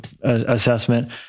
assessment